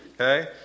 Okay